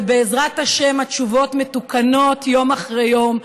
ובעזרת השם התשובות מתוקנות יום אחרי יום,